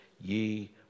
ye